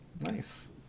Nice